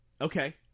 Okay